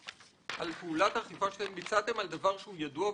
על פעולת אכיפה שביצעתם על דבר שהוא ידוע,